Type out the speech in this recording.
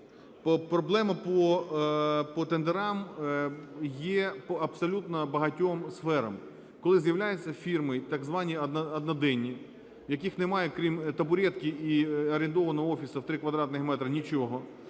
Проблема по тендерам є по абсолютно багатьом сферам, коли з'являються фірми, так звані одноденні, в яких немає, крім табуретки і орендованого офісу в три квадратні метри, нічого.